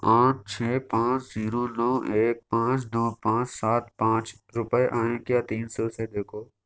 آٹھ چھ پانچ زیرو نو ایک پانچ نو پانچ سات پانچ روپئے آئیں کیا تین سو سے دیکھو